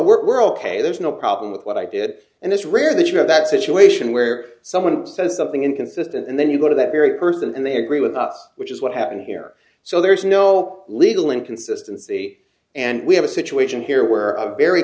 now we're ok there's no problem with what i did and it's rare that you have that situation where someone says something inconsistent and then you go to that very person and they agree with us which is what happened here so there is no legal inconsistency and we have a situation here where a very